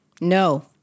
No